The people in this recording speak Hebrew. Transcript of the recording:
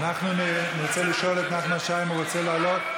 אנחנו נרצה לשאול את נחמן שי אם הוא רוצה לעלות.